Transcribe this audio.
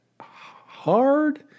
hard